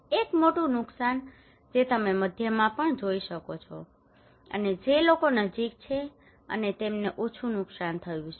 એક મોટું નુકસાન જે તમે મધ્યમાં પણ જોઈ શકો છો અને જે લોકો નજીક છે અને તેમને ઓછું નુકસાન થયું છે